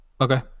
Okay